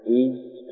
east